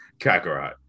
Kakarot